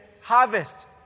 harvest